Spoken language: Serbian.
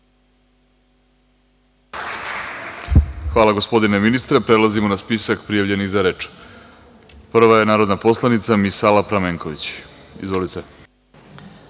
Hvala, gospodine ministre. Sada prelazimo na spisak prijavljenih za reč. Prva je narodna poslanica Misala Pramenković. Izvolite.